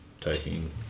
taking